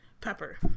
pepper